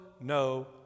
no